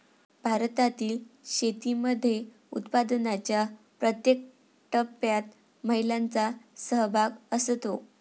भारतातील शेतीमध्ये उत्पादनाच्या प्रत्येक टप्प्यात महिलांचा सहभाग असतो